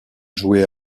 joué